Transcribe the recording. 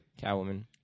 Catwoman